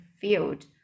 field